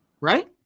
right